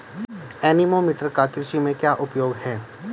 Anemometer का कृषि में क्या उपयोग है?